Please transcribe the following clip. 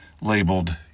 labeled